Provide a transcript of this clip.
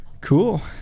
Cool